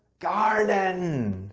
garden!